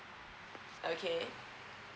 okay